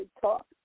talk